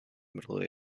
middle